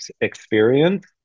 experience